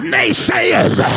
Naysayers